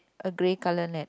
a grey colour net